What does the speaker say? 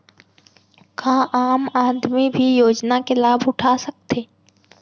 का आम आदमी भी योजना के लाभ उठा सकथे?